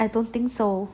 I don't think so